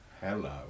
hello